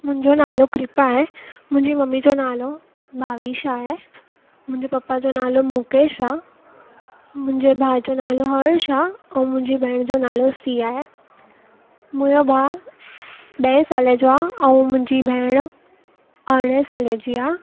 मुंहिंजो नालो कृपा आहे मुंहिंजी मम्मी जो नालो भाविषा आहे मुंहिंजे पप्पा जो नालो मुकेश आहे मुंहिंजे भाउ जो नालो हर्ष आहे ऐं मुंजी भेण जो नालो सिया आहे मुंहिंजो भाउ ॾहें साले जो आहे ऐं मुंहिंजी भेण अरड़हें साले जी आहे